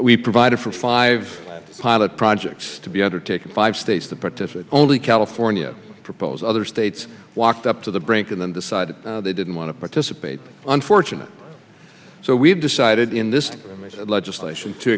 we provided for five pilot projects to be undertaken five states the protests it only california proposed other states walked up to the brink and then decided they didn't want to participate unfortunately so we decided in this legislation to